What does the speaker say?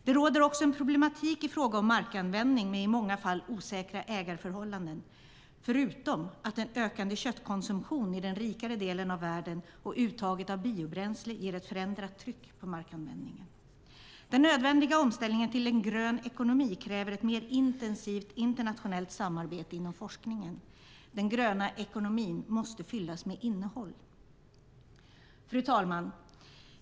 Det finns också en problematik i frågan om markanvändning med i många fall osäkra ägarförhållanden, förutom att en ökande köttkonsumtion i den rikare delen av världen och uttaget av biobränsle ger ett förändrat tryck på markanvändningen. Den nödvändiga omställningen till en grön ekonomi kräver ett mer intensivt internationellt samarbete inom forskningen. Den gröna ekonomin måste fyllas med innehåll. Fru talman!